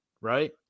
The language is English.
right